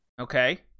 Okay